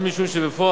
הן משום שבפועל